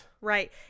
Right